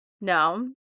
No